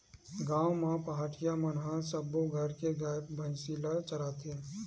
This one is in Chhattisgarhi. गाँव म पहाटिया मन ह सब्बो घर के गाय, भइसी ल चराथे